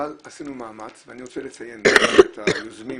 אבל עשינו מאמץ ואני רוצה לציין את היוזמים,